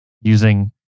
using